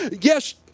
yes